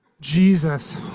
Jesus